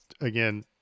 again